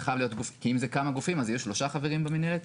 אם זה כמה גופים, אז יהיו שלושה חברים במינהלת?